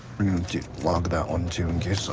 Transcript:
to log that one, too, in case ah